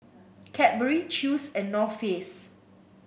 Cadbury Chew's and North Face